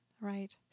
Right